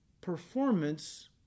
performance